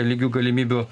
lygių galimybių